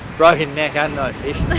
broken neck and no fish